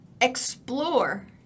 explore